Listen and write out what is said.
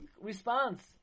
response